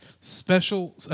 special